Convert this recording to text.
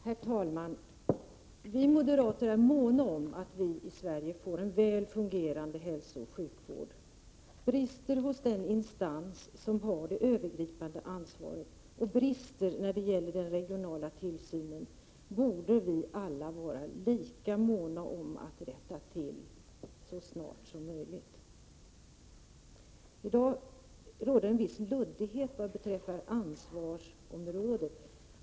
Herr talman! Vi moderater är måna om att människor i Sverige får en väl fungerande hälsooch sjukvård. Brister hos den instans som har det övergripande ansvaret och brister när det gäller den regionala tillsynen borde alla vara lika måna om att rätta till så snart som möjligt. I dag råder en viss luddighet vad beträffar ansvarsområdet.